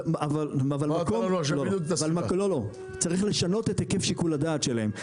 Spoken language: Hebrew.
לא לא, צריך לשנות את היקף שיקול הדעת שלהם.